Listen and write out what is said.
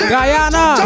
Guyana